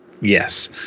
Yes